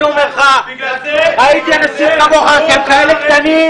אני אומר לך, ראיתי אנשים כמוך שהם כאלה קטנים.